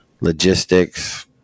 logistics